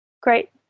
Great